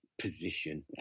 position